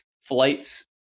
flights